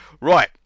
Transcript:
Right